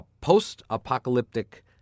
post-apocalyptic